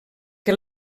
que